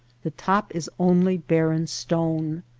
the top is only barren stone.